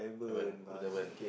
seven forty seven